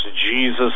Jesus